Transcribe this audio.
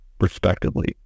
respectively